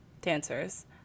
dancers